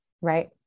right